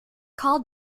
called